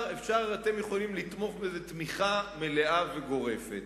יכולים לתמוך במה שהוא אמר תמיכה מלאה וגורפת.